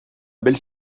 belle